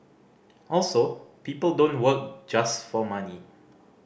also people don't work just for money